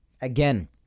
Again